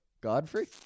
Godfrey